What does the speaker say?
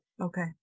Okay